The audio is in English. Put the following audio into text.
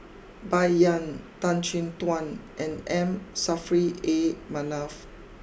Bai Yan Tan Chin Tuan and M Saffri A Manaf